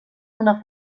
una